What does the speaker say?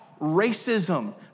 racism